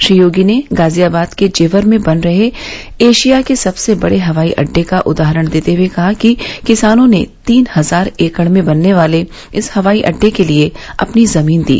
श्री योगी ने गाजियाबाद के जेवर में बन रहे एशिया के सबसे बड़े हवाई अड्डे का उदाहरण देते हए कहा कि किसानों ने तीन हजार एकड़ में बनने वाले इस हवाई अड्डे के लिए अपनी जमीन दी